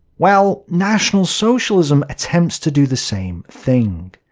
well, national socialism attempts to do the same thing.